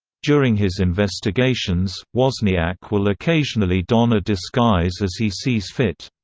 during his investigations, wosniak will occasionally don a disguise as he sees fit.